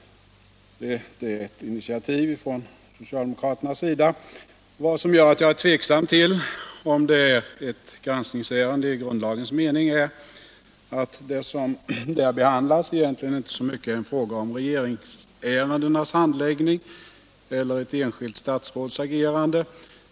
Det är ett initiativ från socialdemokraternas sida. Vad som gör att jag är tveksam till om det är ett granskningsärende i grundlagens mening är, att det som där behandlas egentligen inte så mycket är en fråga om regeringsärendenas handläggning eller ett enskilt statsrådsagerande.